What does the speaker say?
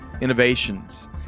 innovations